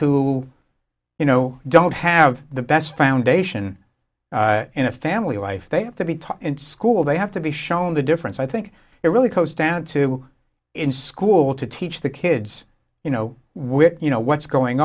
who you know don't have the best foundation in a family life they have to be taught in school they have to be shown the difference i think it really comes down to in school to teach the kids you know where you know what's going